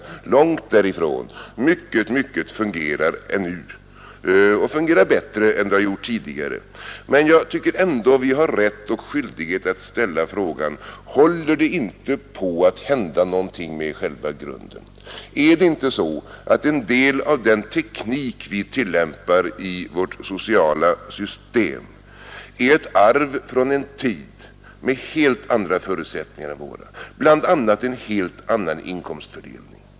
Nej, långt därifrån, mycket fungerar ännu — och fungerar bättre än det gjort tidigare — men jag tycker ändå att vi har rätt och skyldighet att ställa frågan: Håller det inte på att hända någonting med själva grunden? Är inte en del av den teknik vi tillämpar i vårt sociala system ett arv från en tid med helt andra förutsättningar än vår tids, bl.a. en helt annan inkomstfördelning?